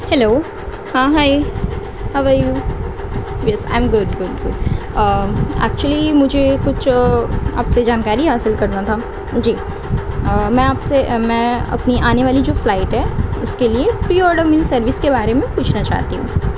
hello ہاں hi how are you yes am good good good actually مجھے کچھ آپ سے جانکاری حاصل کرنا تھا جی میں آپ سے میں اپنی آنے والی جو فلائٹ ہے اس کے لیے پی آرڈر من سروس کے بارے میں پوچھنا چاہتی ہوں